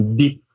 deep